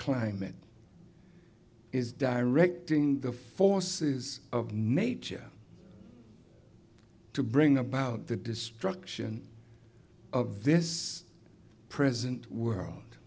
climate is directing the forces of nature to bring about the destruction of this present world